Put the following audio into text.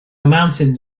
mountains